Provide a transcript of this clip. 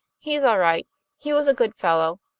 he's all right he was a good fellow,